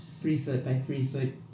three-foot-by-three-foot